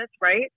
right